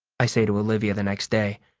i say to olivia the next day.